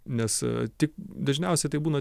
nes tik dažniausiai tai būna